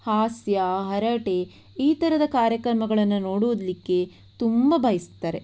ಹಾಸ್ಯ ಹರಟೆ ಈ ಥರದ ಕಾರ್ಯಕ್ರಮಗಳನ್ನು ನೋಡುವುದಕ್ಕೆ ತುಂಬ ಬಯಸ್ತಾರೆ